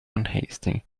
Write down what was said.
unhasting